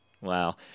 Wow